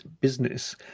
business